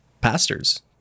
pastors